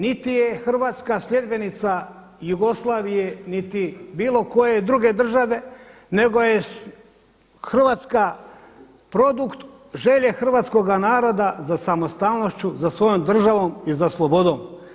Niti je Hrvatska sljedbenica Jugoslavije, niti bilo koje druge države, nego je Hrvatska produkt želje hrvatskoga naroda za samostalnošću, za svojom državom i slobodom.